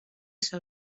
ser